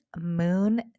moon